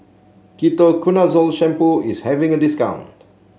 Ketoconazole Shampoo is having a discount